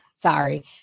Sorry